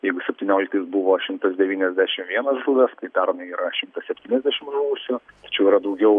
jeigu septynioliktais buvo šimtas devyniasdešim vienas žuvęs kai pernai yra šimtas septyniasdešim žuvusių tačiau yra daugiau